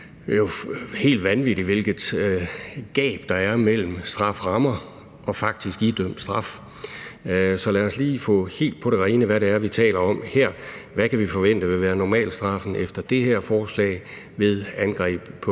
er det jo helt vanvittigt, hvilket gab der er mellem strafferammer og faktisk idømt straf. Så lad os lige få helt på det rene, hvad det er, vi taler om. Hvad kan vi forvente vil være normalstraffen efter det her forslag ved angreb på